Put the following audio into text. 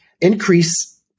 increase